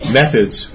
methods